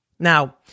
Now